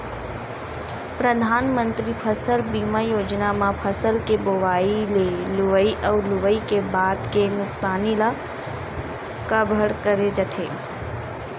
परधानमंतरी फसल बीमा योजना म फसल के बोवई ले लुवई अउ लुवई के बाद के नुकसानी ल कभर करे जाथे